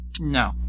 No